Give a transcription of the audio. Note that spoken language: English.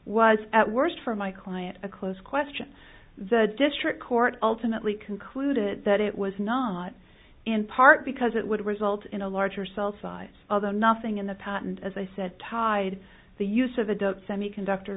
was at worst for my client a close question the district court ultimately concluded that it was not in part because it would result in a larger cell size although nothing in the patent as i said tied the use of adult semiconductor